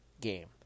game